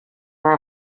are